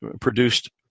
produced